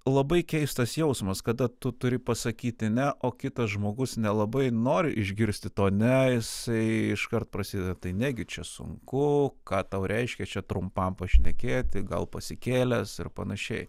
labai keistas jausmas kada tu turi pasakyti ne o kitas žmogus nelabai nori išgirsti to ne jisai iškart prasideda tai negi čia sunku ką tau reiškia čia trumpam pašnekėti gal pasikėlęs ir panašiai